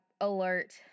alert